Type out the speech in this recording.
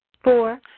Four